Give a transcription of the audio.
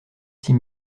six